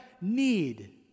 need